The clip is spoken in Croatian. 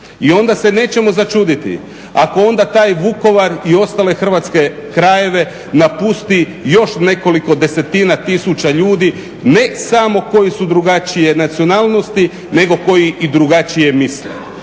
i onda se nećemo začuditi ako onda taj Vukovar i ostale hrvatske krajeve napusti još nekoliko desetina tisuća ljudi, ne samo koji su drugačije nacionalnosti nego koji i drugačije misle.